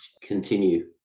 continue